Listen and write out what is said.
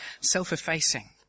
self-effacing